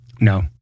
No